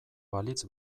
balitz